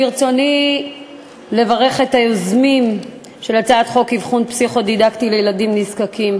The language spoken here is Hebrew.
ברצוני לברך את היוזמים של הצעת חוק אבחון פסיכו-דידקטי לילדים נזקקים,